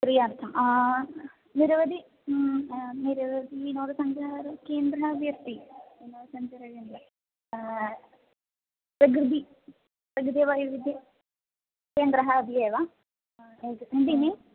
करणार्थं निरवदि निरवदि विनोदसञ्चारकेन्द्रम् अपि अस्ति विनोदसञ्चारकेन्द्रे प्रकृतिः प्रकृतिवैविध्यकेन्द्रम् अब एव एतत् सटिनीम्